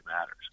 matters